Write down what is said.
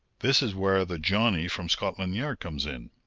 this is where the johnny from scotland yard comes in.